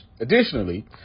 Additionally